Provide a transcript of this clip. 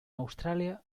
australia